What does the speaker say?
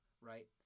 Right